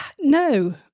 No